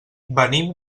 venim